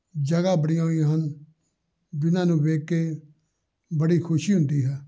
ਜਗ੍ਹਾ ਬਣੀਆਂ ਹੋਈਆਂ ਹਨ ਜਿਨ੍ਹਾਂ ਨੂੰ ਦੇਖ ਕੇ ਬੜੀ ਖੁਸ਼ੀ ਹੁੰਦੀ ਹੈ